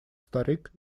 старик